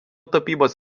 tapybos